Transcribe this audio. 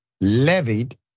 levied